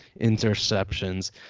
interceptions